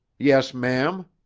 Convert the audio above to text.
yes, ma'am,